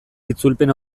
itzulpen